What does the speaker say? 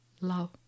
love